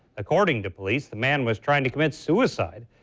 according to police, the man was trying to commit suicide.